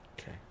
Okay